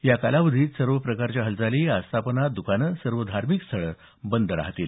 या कालावधीत सर्व प्रकारच्या हालचाली आस्थापना दुकानं सर्व धार्मिक स्थळं बंद राहतील